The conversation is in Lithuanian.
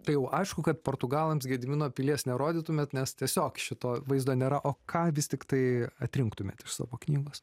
tai jau aišku kad portugalams gedimino pilies nerodytumėt nes tiesiog šito vaizdo nėra o ką vis tiktai atrinktumėte iš savo knygos